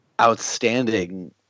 outstanding